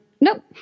Nope